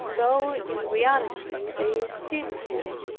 though in reality they esteemed her.